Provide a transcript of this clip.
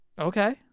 Okay